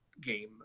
game